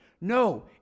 No